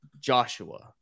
Joshua